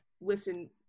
listen